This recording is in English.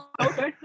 Okay